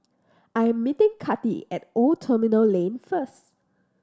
I am meeting Kathi at Old Terminal Lane first